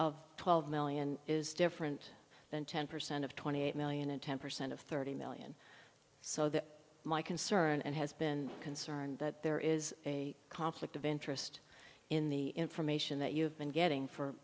of twelve million is different than ten percent of twenty eight million and ten percent of thirty million so that my concern and has been concerned that there is a conflict of interest in the information that you have been getting for